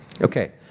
Okay